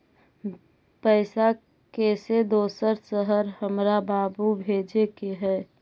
पैसा कैसै दोसर शहर हमरा बाबू भेजे के है?